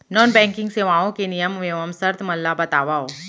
non banking सेवाओं के नियम एवं शर्त मन ला बतावव